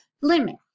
limit